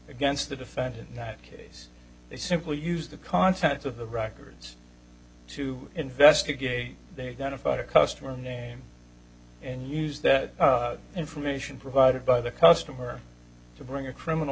against the defendant in that case they simply used the contents of the records to investigate they gonna fight a customer name and use that information provided by the customer to bring a criminal